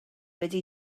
ydy